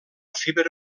fibra